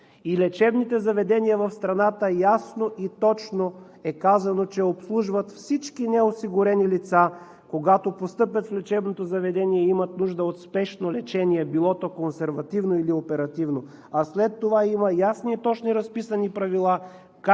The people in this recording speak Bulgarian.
И лечебните заведения в страната – ясно и точно е казано, че обслужват всички неосигурени лица, когато постъпят в лечебното заведение и имат нужда от спешно лечение – било то консервативно или оперативно. А след това има ясни и точни разписани правила